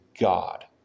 God